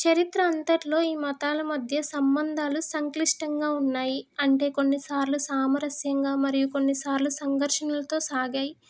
చరిత్ర అంతటిలో ఈ మతాల మధ్య సంబంధాలు సంక్లిష్టంగా ఉన్నాయి అంటే కొన్నిసార్లు సామరస్యంగా మరియు కొన్నిసార్లు సంఘర్షణలతో సాగాయి